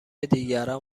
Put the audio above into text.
دیگران